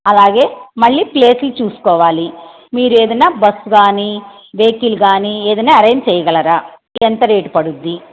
అలాగే మళ్ళీ ప్లేసులు చూసుకోవాలి మీరు ఏదైనా బస్ కానీ వెహికల్ కానీ ఏదైనా అరేంజ్ చెయ్యగలరా ఎంత రేటు పడుద్ది